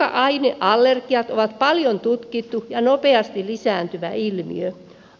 ruoka aineallergiat ovat paljon tutkittu ja nopeasti lisääntyvä ilmiö